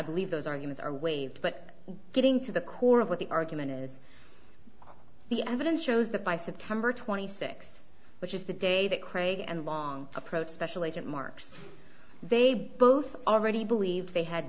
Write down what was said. believe those arguments are waived but getting to the core of what the argument is the evidence shows that by september twenty sixth which is the day that craig and long approach special agent marks they both already believed they had